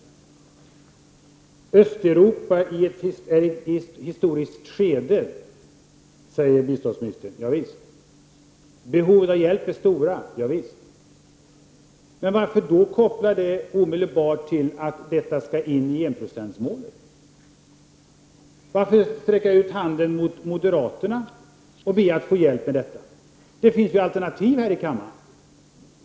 Östeuropa befinner sig i ett historiskt skede, säger biståndsministern. Javisst. Behoven av hjälp är stora. Javisst. Men varför då omedelbart koppla detta till att östbiståndet skall rymmas i enprocentsmålet? Varför sträcka ut handen mot moderaterna och be att få hjälp med detta? Det finns ju alternativ här i kammaren.